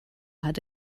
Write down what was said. hatte